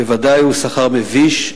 בוודאי הוא שכר מביש,